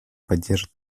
поддержит